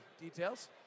details